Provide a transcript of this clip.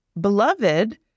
beloved